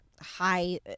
High